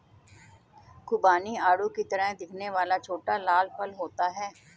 खुबानी आड़ू की तरह दिखने वाला छोटा लाल फल होता है